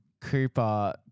Cooper